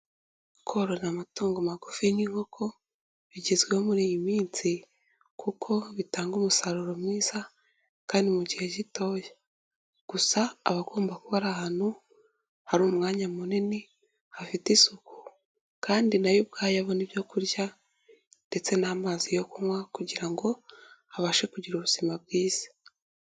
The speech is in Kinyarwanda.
Korora amatungo magufi nk'inkoko bigezweho muri iyi minsi kuko bitanga umusaruro mwiza kandi mu gihe gitoya, gusa abagomba kuba ari ahantu hari umwanya munini, hafite isuku, kandi n'ayo ubwayo abona ibyo kurya ndetse n'amazi yo kunywa kugira ngo abashe kugira ubuzima bwiza.